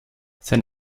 sein